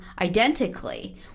identically